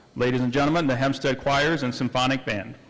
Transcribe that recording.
ladies and gentlemen, the hempstead choir and symphonic band.